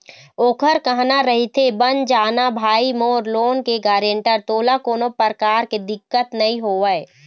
ओखर कहना रहिथे बन जाना भाई मोर लोन के गारेंटर तोला कोनो परकार के दिक्कत नइ होवय